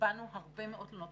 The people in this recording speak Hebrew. קיבלנו הרבה מאוד תלונות,